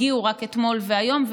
הגיעו רק אתמול והיום,